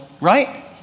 right